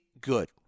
good